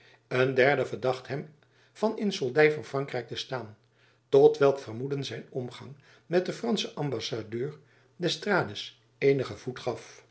een derde verdacht hem van in soldy van frankrijk te staan tot welk vermoeden zijn omgang met den franschen ambassadeur d'estrades eenigen voet gaf